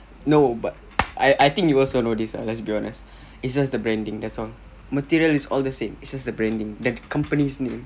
no but I I think you will also know this ah let's be honest it's just the branding that's all material is all the same it's just the branding the company's name